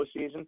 postseason